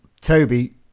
Toby